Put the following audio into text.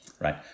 right